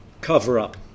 cover-up